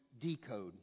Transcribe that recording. decode